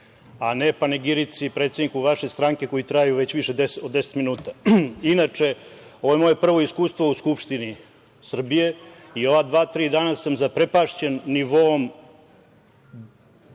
a ne panegirici predsedniku vaše stranke koji traju već više od 10 minuta. Inače, ovo je moje prvo iskustvo u Skupštini Srbije i ova dva, tri dana sam zaprepašćen nivoom…